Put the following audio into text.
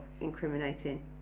incriminating